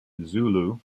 zulu